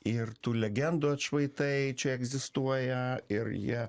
ir tų legendų atšvaitai čia egzistuoja ir jie